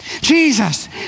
Jesus